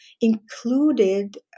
included